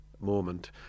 moment